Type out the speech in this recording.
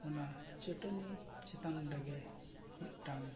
ᱚᱱᱟ ᱪᱟᱹᱴᱟᱹᱱᱤ ᱪᱮᱛᱟᱱ ᱨᱮᱜᱮ ᱢᱤᱫᱴᱟᱝ